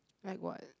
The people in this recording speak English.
like what